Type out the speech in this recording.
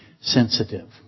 sensitive